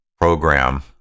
program